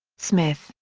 smith,